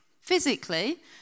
Physically